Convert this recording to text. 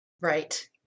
Right